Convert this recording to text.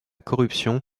corruption